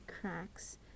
cracks